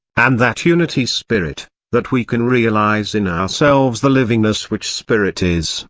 and that unity spirit, that we can realise in ourselves the livingness which spirit is,